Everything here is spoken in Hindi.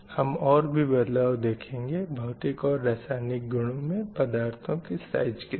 हम और भी बदलाव देखेंगे भौतिक और रासायनिक गुणों में पदार्थ के साइज़ के साथ